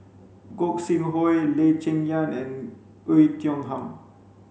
Gog Sing Hooi Lee Cheng Yan and Oei Tiong Ham